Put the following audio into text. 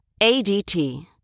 ADT